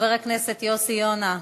חבר הכנסת יוסי יונה,